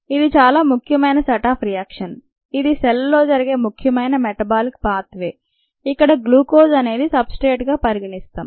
ఇది చాలా ముఖ్యమైన సెట్ ఆఫ్ రియాక్షన్ ఇది సెల్లో జరిగే ముఖ్యమైన మెటబాలిక్ పాత్ వే ఇక్కడ గ్లూకోజ్ అనేది సబ్ స్ట్రేట్గా పరిగణిస్తాం